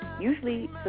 usually